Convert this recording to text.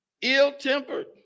ill-tempered